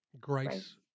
grace